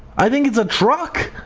i think it's a truck,